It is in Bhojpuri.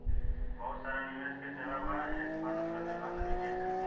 बहुत सारा निवेश के सेवा बा, हेज फंड प्रबंधन निजी इक्विटी